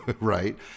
right